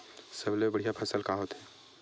सबले बढ़िया फसल का होथे?